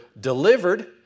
delivered